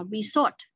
Resort